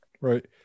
Right